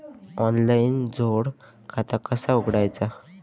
Online जोड खाता कसा उघडायचा?